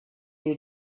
you